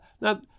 now